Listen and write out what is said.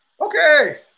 Okay